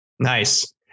Nice